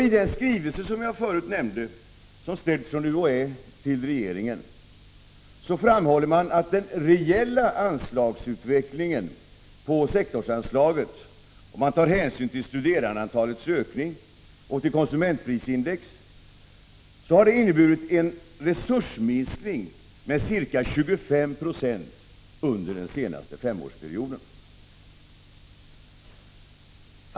I den skrivelse som jag förut nämnde, som ställts från UHÄ till regeringen, framhåller man att den reella anslagsutvecklingen på sektorsanslaget, om man tar hänsyn till studerandeantalets ökning och konsumentprisindex, inneburit en resursminskning med ca 25 20 under den senaste 25-årsperioden.